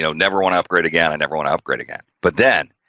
never want to upgrade again and never want to upgrade again but then,